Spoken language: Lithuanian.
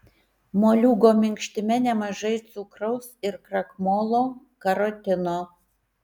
moliūgo minkštime nemažai cukraus ir krakmolo karotino